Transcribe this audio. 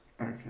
Okay